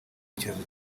icyorezo